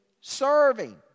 serving